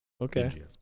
okay